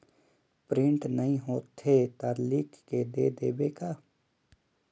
Print नइ होथे ता लिख के दे देबे का?